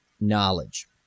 Knowledge